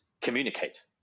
communicate